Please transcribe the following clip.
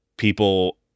People